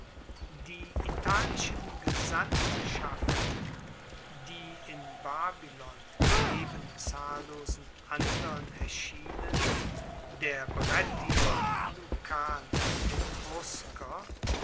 die italischen gesandtschaften die in babylon neben zahllosen andern erschienen der brettier lucaner